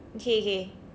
okay okay